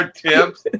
tips